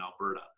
Alberta